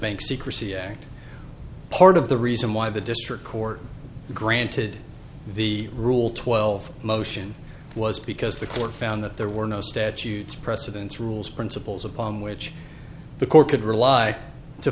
bank secrecy act part of the reason why the district court granted the rule twelve motion was because the court found that there were no statutes precedents rules principles upon which the court could rely to